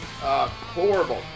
horrible